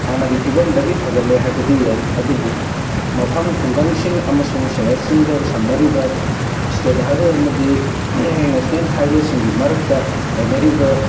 ꯍꯥꯟꯅꯒꯤ ꯐꯤꯕꯝꯗꯒꯤ ꯐꯒꯠꯂꯦ ꯍꯥꯏꯕꯗꯤ ꯌꯥꯏ ꯑꯗꯨꯕꯨ ꯃꯐꯝ ꯈꯨꯡꯒꯪꯁꯤꯡ ꯑꯃꯁꯨꯡ ꯁꯍꯔꯁꯤꯡꯒ ꯁꯝꯅꯔꯤꯕ ꯏꯁꯇꯦꯠ ꯍꯥꯏꯋꯦ ꯑꯃꯗꯤ ꯅꯦꯁꯅꯦꯜ ꯍꯥꯏꯋꯦ ꯁꯤꯡꯒꯤ ꯃꯔꯛꯇ ꯂꯩꯅꯔꯤꯕ